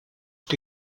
que